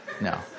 no